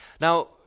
Now